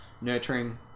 nurturing